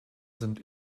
sind